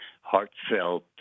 heartfelt